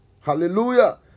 Hallelujah